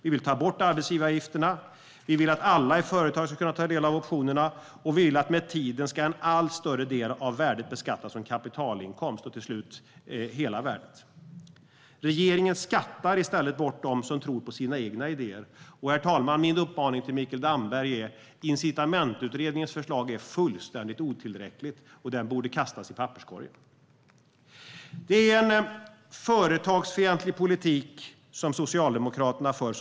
Vi vill ta bort arbetsgivaravgifterna och vi vill att alla i ett företag ska kunna ta del av optionerna. Med tiden ska en allt större del av värdet beskattas som kapitalinkomst, och till sist ska de beskattas till hela värdet. Regeringen skattar i stället bort dem som tror på sina egna idéer. Herr talman! Min uppmaning till Mikael Damberg är: Incitamentutredningens förslag är fullständigt otillräckligt, och det borde kastas i papperskorgen. Herr talman! Det är en företagsfientlig politik som Socialdemokraterna för.